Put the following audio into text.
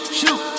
shoot